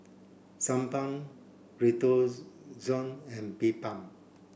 Sebamed Redoxon and Bedpan